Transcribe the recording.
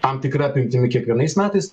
tam tikra apimtimi kiekvienais metais